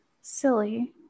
silly